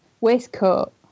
waistcoat